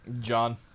John